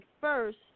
first